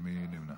מי נמנע?